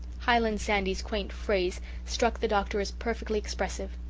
highland sandy's quaint phrase so like the doctor as perfectly expressive.